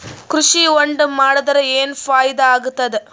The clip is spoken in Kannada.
ಕೃಷಿ ಹೊಂಡಾ ಮಾಡದರ ಏನ್ ಫಾಯಿದಾ ಆಗತದ?